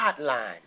hotline